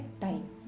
time